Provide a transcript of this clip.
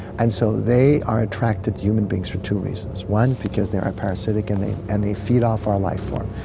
and so they are attracted to human beings for two reasons. one, because they are parasitic and they and they feed off our life form,